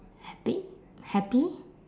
happy happy